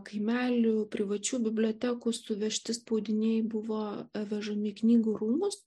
kaimelių privačių bibliotekų suvežti spaudiniai buvo vežami knygų rūmus